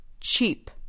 Cheap